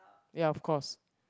ya of course